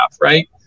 Right